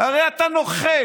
הרי אתה נוכל,